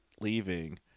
leaving